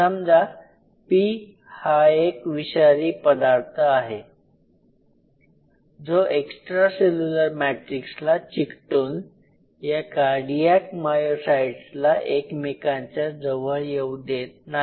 समजा "P" हा एक विषारी पदार्थ आहे जो एक्स्ट्रा सेल्युलर मॅट्रिक्सला चिकटून या कार्डियाक मायोसाइट्सला एकमेकांच्या जवळ येऊ देत नाही